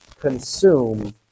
consume